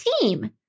team